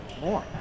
more